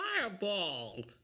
Fireball